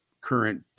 current